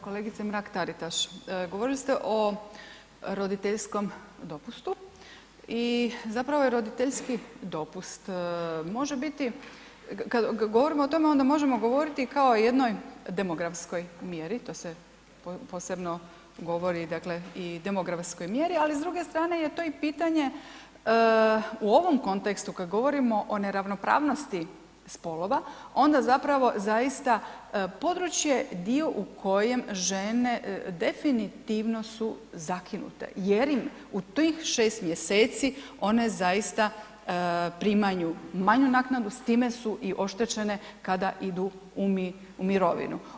Kolegice Mrak-Taritaš, govorili ste o roditeljskom dopustu i zapravo roditeljski dopust može biti kad govorimo o tome, onda možemo govoriti kao o jednoj demografskoj mjeri, to se posebno govori, dakle i demografskoj mjeri ali s druge strane je to i pitanje u ovom kontekstu kad govorimo o neravnopravnosti spolova, onda zapravo zaista područje dio u kojem žene definitivno su zakinute jer im u tih 6 mj. one zaista primanju manju naknadu, s time su i oštećen kada idu u mirovinu.